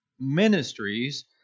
Ministries